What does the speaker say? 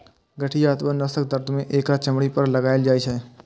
गठिया अथवा नसक दर्द मे एकरा चमड़ी पर लगाएल जाइ छै